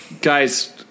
Guys